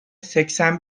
seksen